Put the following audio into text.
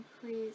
Please